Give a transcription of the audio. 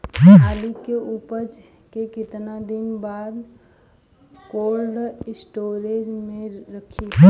आलू के उपज के कितना दिन बाद कोल्ड स्टोरेज मे रखी?